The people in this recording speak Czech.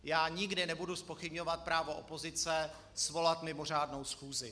Já nikdy nebudu zpochybňovat právo opozice svolat mimořádnou schůzi.